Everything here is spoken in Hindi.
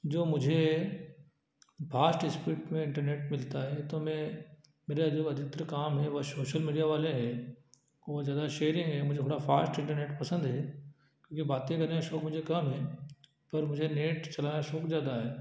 जो मुझे फास्ट स्पीड में इंटरनेट मिलता है तो मैं मेरा जो अधिकतर काम है वह सोशल मीडिया वाले है वह ज़्यादा शेयरिंग है मुझे थोड़ा फास्ट इंटरनेट पसंद है क्योकि बाते करने का शौक मुझे कम है पर मुझे नेट चलाने का शौक ज़्यादा है